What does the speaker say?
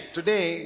today